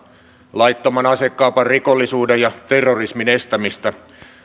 laittoman asekaupan rikollisuuden ja terrorismin estämistä